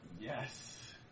Yes